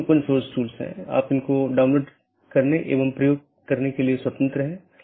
अब हम TCP IP model पर अन्य परतों को देखेंगे